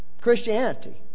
Christianity